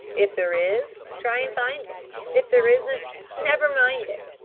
if there is try and find it if there isn't never mind it!